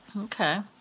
Okay